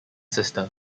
sister